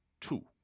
two